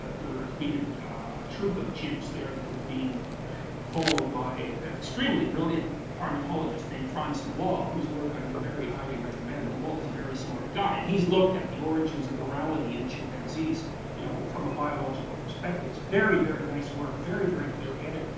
there has been a troop of chimps there that have been followed by an extremely brilliant primatologist named frans de waal, whose work i would very highly recommend. de waal is a very smart guy, and he's looked at the origins of morality in chimpanzees, from you know, a biological perspective. it's very, very nice work very, very clear-headed.